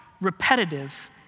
repetitive